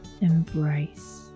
embrace